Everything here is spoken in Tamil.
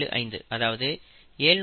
75 அதாவது 761